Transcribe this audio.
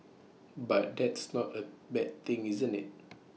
but that's not A bad thing isn't IT